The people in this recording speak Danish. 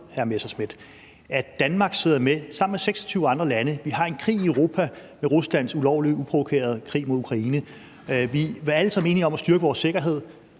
at Danmark sidder med sammen med 26 andre lande, mens vi har en krig i Europa med Ruslands ulovlige og uprovokerede krig mod Ukraine, og vi er alle sammen enige om at styrke vores sikkerhed,